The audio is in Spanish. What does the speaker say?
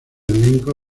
elenco